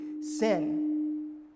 sin